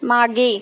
मागे